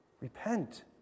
Repent